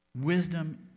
Wisdom